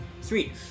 Sweet